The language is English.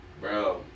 Bro